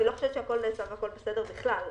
אני לא חושבת שהכול נעשה והכל בסדר בכלל,